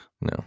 No